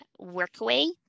Workaway